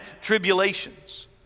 tribulations